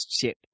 ship